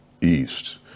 East